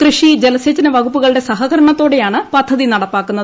കൃഷി ജലസേചന വകുപ്പുകളുടെ സഹകരണത്തോടെയാണ് പദ്ധതി നടപ്പാക്കുന്നത്